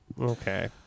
Okay